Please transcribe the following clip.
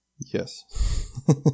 Yes